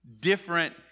different